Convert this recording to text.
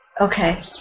Okay